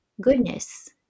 goodness